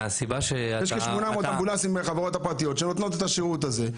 יש 800 אמבולנסים בחברות הפרטיות שנותנות את השירות הזה,